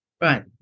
Right